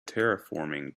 terraforming